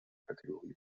kategorie